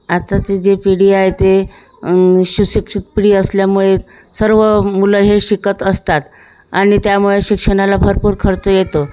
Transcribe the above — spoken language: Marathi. आताची जे पिढी आहे ते सुशिक्षित पिढी असल्यामुळे सर्व मुलं हे शिकत असतात आणि त्यामुळे शिक्षणाला भरपूर खर्च येतो